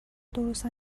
درست